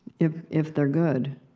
if if they're good,